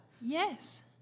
Yes